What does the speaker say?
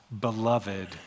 beloved